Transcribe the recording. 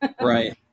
Right